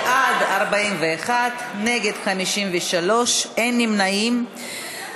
בעד, 41, נגד, 53, אין נמנעים.